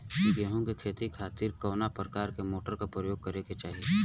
गेहूँ के खेती के खातिर कवना प्रकार के मोटर के प्रयोग करे के चाही?